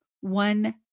one